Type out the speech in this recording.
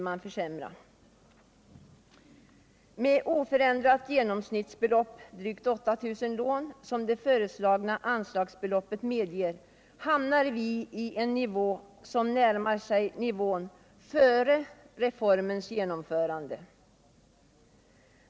Med oförändrat genomsnittsbelopp och drygt 8 000 lån, som det föreslagna anslagsbeloppet medger, hamnar vi på en nivå som närmar sig läget före reformens genomförande.